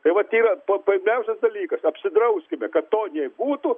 tai vat yra po pirmiausias dalykas apsidrauskime kad to nei būtų